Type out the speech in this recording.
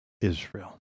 Israel